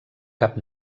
cap